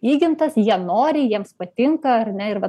įgimtas jie nori jiems patinka ar ne ir va